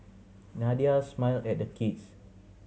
Nadia smiled at the kids